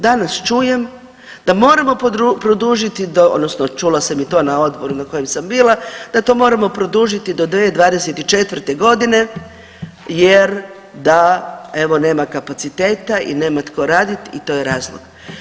Danas čujem da moramo produžiti do odnosno čula sam to na odborima na kojima sam bila da to moramo produžiti do 2024.g. jer da evo nema kapaciteta i nema tko radit i to je razlog.